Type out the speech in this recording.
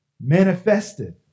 Manifested